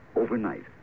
overnight